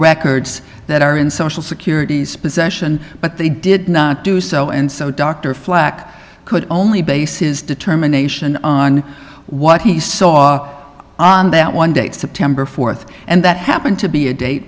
records that are in social security's possession but they did not do so and so dr flack could only base his determination on what he saw on that one date september fourth and that happened to be a date